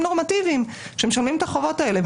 נורמטיביים שמשלמים את החובות האלה.